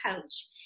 coach